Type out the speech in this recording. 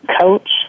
coach